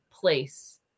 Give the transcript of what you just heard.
place